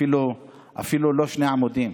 אפילו לא שני עמודים,